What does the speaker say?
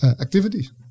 activities